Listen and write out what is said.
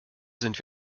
sind